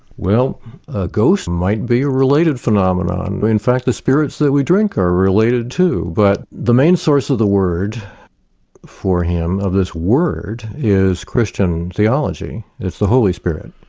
well a ghost might be a related phenomenon. in fact the spirits that we drink are related too, but the main source of the word for him, of this word, is christian theology, it's the holy spirit.